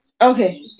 Okay